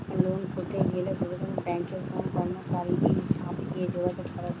Loan করতে গেলে প্রথমে ব্যাঙ্কের কোন কর্মচারীর সাথে যোগাযোগ করব?